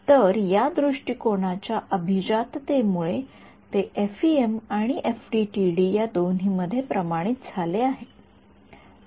तर या दृष्टिकोनाच्या अभिजाततेमुळे ते एफईएम आणि एफडीटीडी या दोन्हीमध्ये प्रमाणित झाले आहे